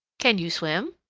can you swim?